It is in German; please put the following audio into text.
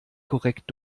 korrekt